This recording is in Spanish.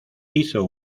hizo